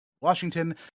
Washington